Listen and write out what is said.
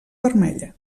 vermella